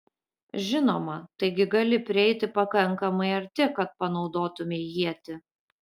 žinoma taigi gali prieiti pakankamai arti kad panaudotumei ietį